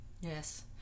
Yes